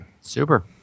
Super